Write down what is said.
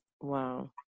Wow